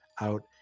out